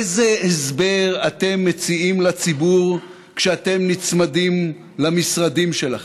איזה הסבר אתם מציעים לציבור כשאתם נצמדים למשרדים שלכם?